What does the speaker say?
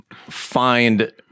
find